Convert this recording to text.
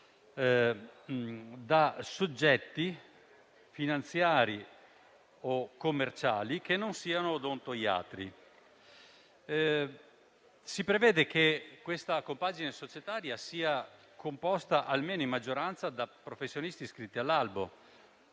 da soggetti finanziari o commerciali che non siano odontoiatri. Si prevede che questa compagine societaria sia composta almeno in maggioranza da professionisti iscritti all'albo.